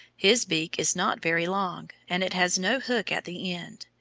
his beak is not very long, and it has no hook at the end.